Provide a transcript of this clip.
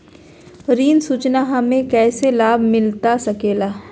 ऋण सूचना हमें कैसे लाभ मिलता सके ला?